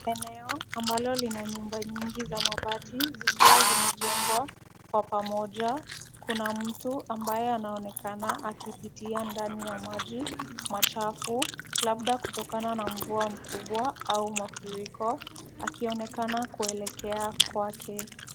Eneo ambalo lina nyumba nyingi za mabati, zikiwa zimejengwa kwa pamoja. Kuna mtu ambaye anaonekana akipitia ndani ya maji machafu, labda kutokana na mvua mkubwa au mafuriko, akionekana kuelekea kwake.